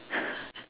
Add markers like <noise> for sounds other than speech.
<laughs>